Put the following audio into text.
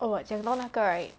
orh 讲到那个 right